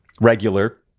regular